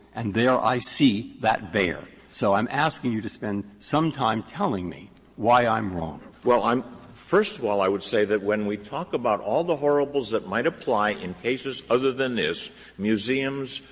and there i see that bear. so i'm asking you to spend some time telling me why i'm wrong. olson well, i'm first of all, i would say that when we talk about all the horribles that might apply in cases other than this museums,